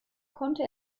konnte